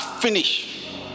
finish